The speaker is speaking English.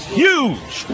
huge